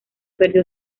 perdió